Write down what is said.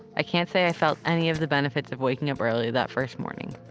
i can't say i felt any of the benefits of waking up early that first morning.